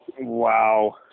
Wow